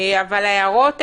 אבל הן